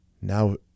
now